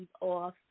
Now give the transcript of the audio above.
off